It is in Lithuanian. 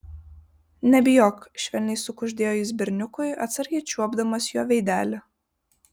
nebijok švelniai sukuždėjo jis berniukui atsargiai čiuopdamas jo veidelį